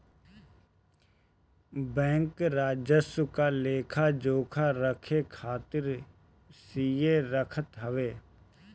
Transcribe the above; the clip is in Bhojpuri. बैंक राजस्व क लेखा जोखा रखे खातिर सीए रखत हवे